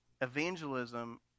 evangelism